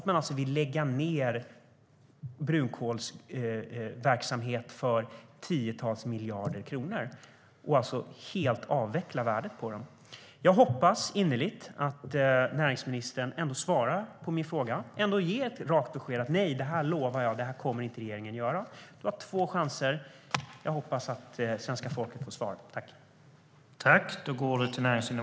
Man vill lägga ned brunkolsverksamhet för tiotals miljarder kronor och alltså helt avveckla värdet på den. Jag hoppas innerligt att näringsministern ändå svarar på min fråga, ger ett rakt besked och lovar att regeringen inte kommer att göra detta. Du har två chanser, Mikael Damberg. Jag hoppas att svenska folket får svar.